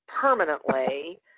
permanently